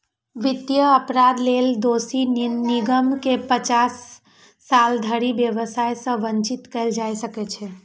वित्तीय अपराध लेल दोषी निगम कें पचास साल धरि व्यवसाय सं वंचित कैल जा सकै छै